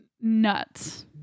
nuts